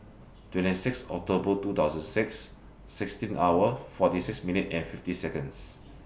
twenty six October two thousand six sixteen hour forty six minute and fifty Seconds